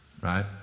right